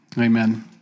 amen